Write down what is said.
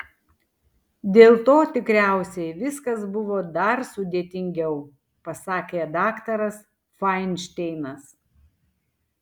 dėl to tikriausiai viskas buvo dar sudėtingiau pasakė daktaras fainšteinas